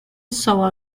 saw